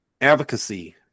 advocacy